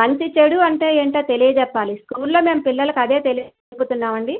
మంచి చెడు అంటే ఏంటో తెలియజెప్పాలి స్కూల్లో మేము పిల్లలకి అదే తెలియ చెబుతున్నామండీ